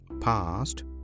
past